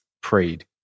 prayed